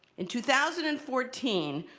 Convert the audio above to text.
in two thousand and fourteen,